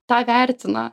tą vertina